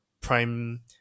prime